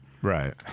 Right